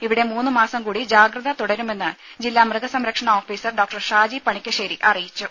ഇവിടെ മൂന്നു മാസം കൂടി ജാഗ്രത തുടരുമെന്ന് ജില്ലാ മൃഗസംരക്ഷണ ഓഫീസർ ഡോക്ടർ ഷാജി പണിക്കശേരി അറിയിച്ചു